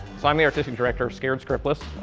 so i'm the artistic director of scared scriptless.